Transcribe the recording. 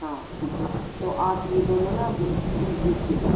हाँ ठीक है तो आप ये दोनों ना बीस बीस बीस किलो